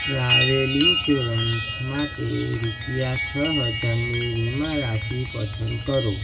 travel insurance માટે રૂપિયા છ હજારની વીમારાશી પસંદ કરો